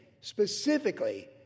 specifically